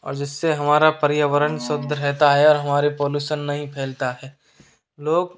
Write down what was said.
और जिस से हमारा पर्यावरण शुद्ध रहता है और हमारे पॉल्यूशन नहीं फैलता है लोग